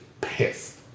pissed